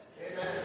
Amen